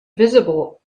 visible